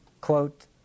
quote